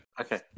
Okay